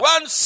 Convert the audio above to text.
One